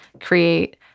create